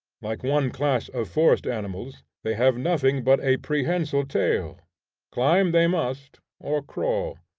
like one class of forest animals, they have nothing but a prehensile tail climb they must, or crawl.